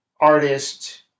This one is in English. artist